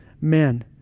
men